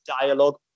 dialogue